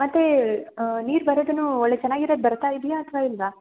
ಮತ್ತು ನೀರು ಬರೋದುನು ಒಳ್ಳೆ ಚನ್ನಾಗಿರೋದ್ ಬರ್ತ ಇದೆಯಾ ಅಥ್ವಾ ಇಲ್ವಾ